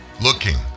looking